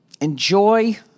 Enjoy